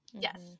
Yes